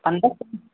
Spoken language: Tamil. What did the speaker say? அந்த